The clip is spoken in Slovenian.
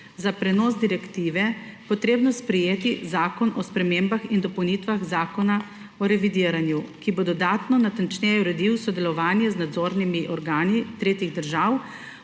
za prenos direktive potrebno sprejeti zakon o spremembah in dopolnitvah Zakona o revidiranju, ki bo dodatno natančneje uredil sodelovanje z nadzornimi organi tretjih držav